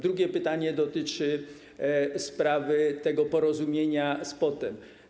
Drugie pytanie dotyczy sprawy tego porozumienia z POT-em.